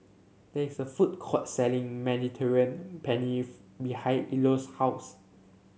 there is a food court selling Mediterranean behind Eloise's house